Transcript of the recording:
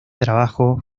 trabajo